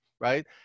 right